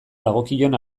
dagokion